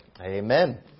Amen